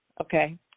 okay